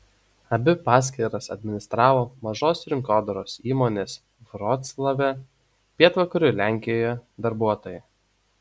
abi paskyras administravo mažos rinkodaros įmonės vroclave pietvakarių lenkijoje darbuotojai